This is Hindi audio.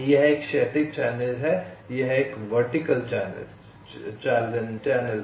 यह एक क्षैतिज चैनल है यह एक वर्टिकल चैनल है